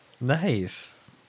nice